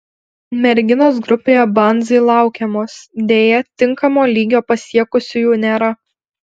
merginos grupėje banzai laukiamos deja tinkamo lygio pasiekusiųjų nėra